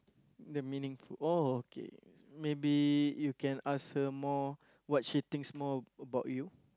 the meaningful oh okay maybe you can ask her more what she thinks more about you